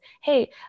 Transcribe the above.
hey